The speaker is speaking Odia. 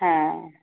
ହଁ